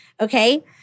okay